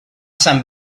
san